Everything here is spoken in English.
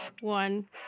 One